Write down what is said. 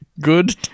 good